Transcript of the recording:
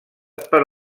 per